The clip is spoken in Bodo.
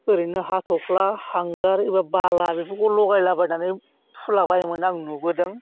ओरैनो हाथ'फ्ला हांगार एबा बाला बेफोरखौ लगायलाबायनानै फुलाबायोमोन आं नुबोदों